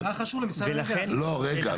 לא, רגע.